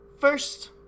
First